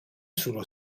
sullo